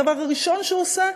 הדבר הראשון שהוא עושה,